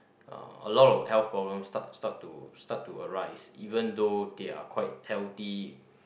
uh a lot of health problem start start to start to arise even though they are quite healthy